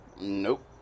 Nope